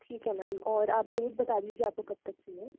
ठीक है मैम और आप डेट बता दीजिए आपको कब तक चाहिए